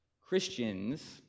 Christians